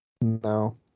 No